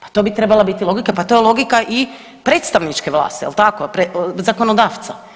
Pa to bi trebala biti logika, pa to je logika i predstavničke vlasti jel tako, zakonodavca.